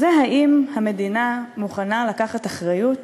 והוא: האם המדינה מוכנה לקחת אחריות